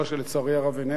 שלצערי הרב איננו,